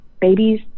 babies